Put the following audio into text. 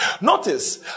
Notice